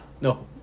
No